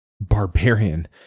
Barbarian